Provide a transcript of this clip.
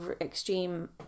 extreme